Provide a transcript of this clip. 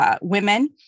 women